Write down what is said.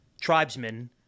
tribesmen